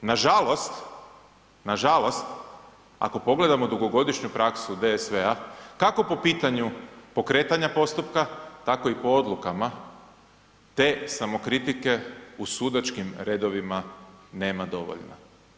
Nažalost, ako pogledamo dugogodišnju praksu DSV-a kako po pitanju pokretanja postupka, tako i po odlukama, te samokritike u sudačkim redovima nema dovoljno.